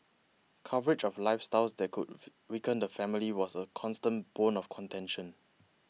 coverage of lifestyles that could weaken the family was a constant bone of contention